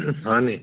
হয়নি